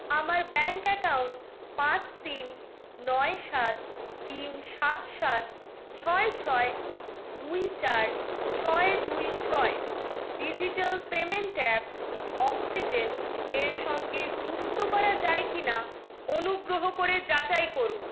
আমার bank account পাঁচ তিন নয় সাত তিন সাত সাত ছয় ছয় দুই চার ছয় দুই ছয় ডিজিটাল পেমেন্ট অ্যাপ অক্সিজেন এর সঙ্গে যুক্ত করা যায় কি না অনুগ্রহ করে যাচাই করুন